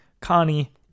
Connie